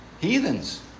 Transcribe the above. heathens